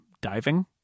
diving